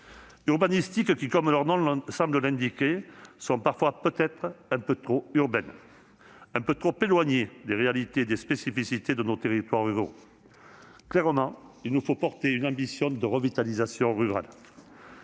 règles urbanistiques qui, comme leur nom semble l'indiquer, sont peut-être parfois un peu trop urbaines et éloignées des réalités et des spécificités de nos territoires ruraux. Clairement, il nous faut porter une ambition de revitalisation rurale.